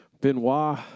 Benoit